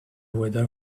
weather